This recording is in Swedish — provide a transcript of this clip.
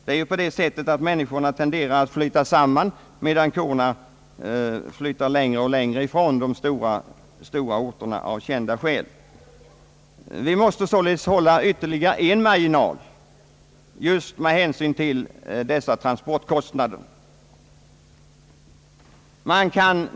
Det är ju på det sättet att människorna tenderar att flytta samman till stora befolkningscentra, medan korna flyttar längre och längre ifrån de stora orterna, av kända skäl. Vi måste således hålla ytterligare en marginal just med hänsyn till dessa transportavstånd.